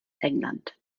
england